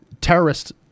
terrorists